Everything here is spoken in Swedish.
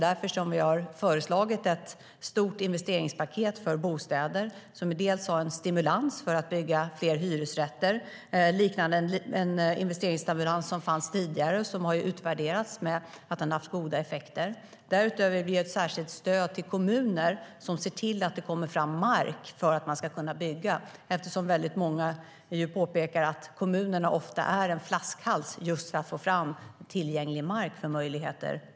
Därför har vi föreslagit ett stort investeringspaket för bostäder, bland annat en stimulans för att bygga fler hyresrätter, liknande en investeringsstimulans som fanns tidigare och som enligt utvärderingar har haft goda effekter. Därutöver ger vi ett särskilt stöd till kommuner som ska se till att det kommer fram mark för att man ska kunna bygga. Många påpekar nämligen att kommunerna ofta är en flaskhals just när det gäller att få fram tillgänglig mark för att bygga på.